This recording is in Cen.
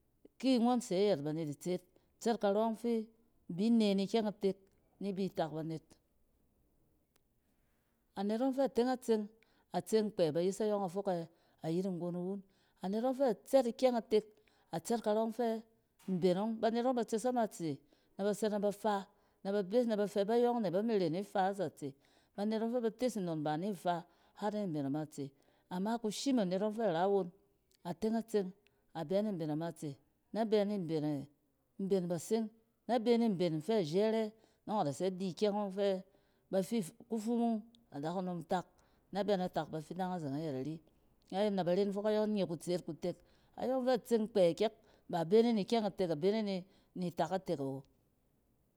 Ki ngͻn se ayɛt banet itset, tsɛt karͻng fɛ ibi ne ni kyɛng itek ni bi tak banet. Anet ͻng fɛ teng a tseng, kpɛ, ba yes ayͻng a fok ɛ, ayet nggon iwun. A net ͻng fɛ tsɛt ikyɛng itek, atsɛt karͻng fɛ mben ͻng. Banet ͻng ba tses matse nɛ ba tsɛ na ba fa-nɛ ba bes nɛ ba fɛ bayͻng ne ba mi ren ifa azatse. Banet ͻng fɛ ba tes nnon ba ni fɛ ra won a teng a tseng, a bɛ, mben amatse nɛ bɛ ni mben ɛ-mben basing, nɛ bɛ ni mben in fɛ ba fit-kufumung adakunom tak nɛ bɛ na tak bafidang azeng ayɛt ari. Ai na bar en fok ayͻng nye kutseet kutek. Ayͻng fɛ tseng kpɛ kyɛk ba bene ni kyɛng itek, a bene ni tak itek awo.